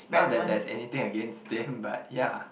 not that there's anything against them but ya